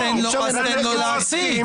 לא --- אז תן לו להציג.